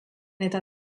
eta